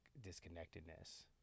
disconnectedness